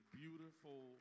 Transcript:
beautiful